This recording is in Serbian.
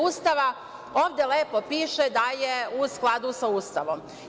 Ustava, ovde lepo piše da je u skladu sa Ustavom.